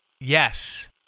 Yes